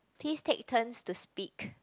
please take turns to speak